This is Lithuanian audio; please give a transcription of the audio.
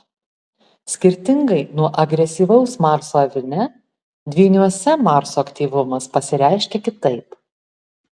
skirtingai nuo agresyvaus marso avine dvyniuose marso aktyvumas pasireiškia kitaip